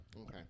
Okay